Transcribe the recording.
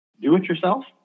do-it-yourself